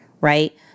Right